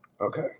Okay